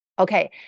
Okay